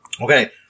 Okay